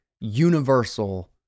universal